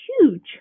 huge